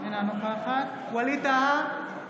אינה נוכחת ווליד טאהא,